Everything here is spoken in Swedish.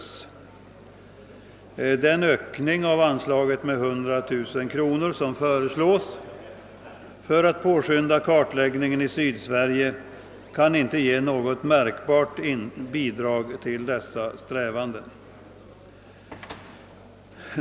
Den ökning av anslaget med 100 000 kronor som föreslås för att påskynda kartläggningen i Sydsverige kan inte ge något märkbart bidrag till dessa strävanden.